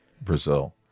Brazil